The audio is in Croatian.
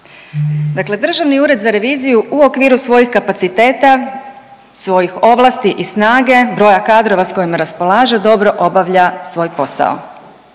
Dakle Državni ured za reviziju u okviru svojih kapaciteta, svojih ovlasti i snage, broja kadrova s kojima raspolaže, dobro obavlja svoj posao.